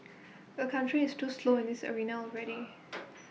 the country is too slow in this arena already